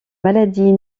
maladies